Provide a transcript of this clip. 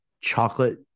chocolate